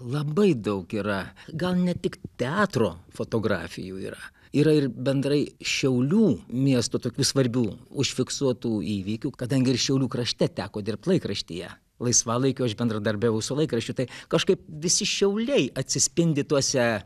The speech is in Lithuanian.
labai daug yra gal ne tik teatro fotografijų yra yra ir bendrai šiaulių miesto tokių svarbių užfiksuotų įvykių kadangi ir šiaulių krašte teko dirbt laikraštyje laisvalaikiu aš bendradarbiavau su laikraščiu tai kažkaip visi šiauliai atsispindi tuose